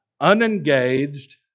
unengaged